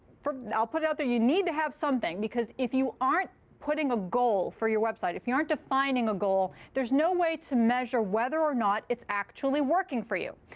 i'll put it out there. you need to have something, because if you aren't putting a goal for your website, if you aren't defining a goal, there's no way to measure whether or not it's actually working for you.